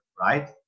right